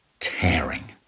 tearing